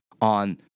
on